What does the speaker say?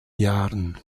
jahren